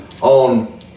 on